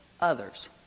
others